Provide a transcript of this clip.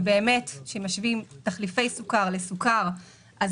ובאמת כשמשווים תחליפי סוכר לסוכר אז